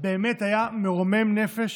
באמת היה מרומם נפש